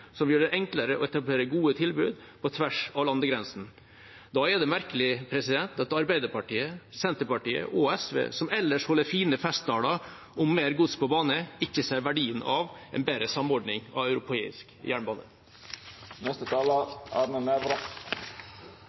som gjør det enklere å etablere gode tilbud på tvers av landegrensene. Da er det merkelig at Arbeiderpartiet, Senterpartiet og SV, som ellers holder fine festtaler om mer gods på bane, ikke ser verdien av en bedre samordning av europeisk jernbane.